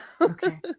Okay